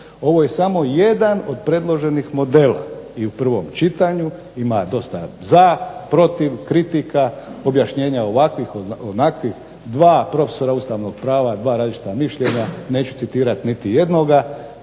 Ovo je samo jedan od predloženih modela i u prvom čitanju ima dosta za, protiv, kritika, objašnjenja ovakvih onakvih, dva profesora ustavnog prava, dva različita mišljenja, neću citirati niti jednoga.